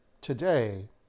today